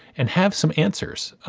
and have some answers.